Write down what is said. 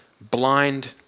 blind